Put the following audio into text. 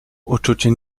uczucie